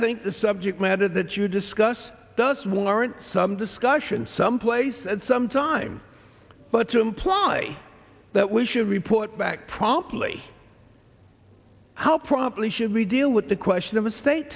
think the subject matter that you discuss does warrant some discussion some place at some time but to imply that we should report back promptly how promptly should we deal with the question of a state